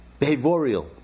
behavioral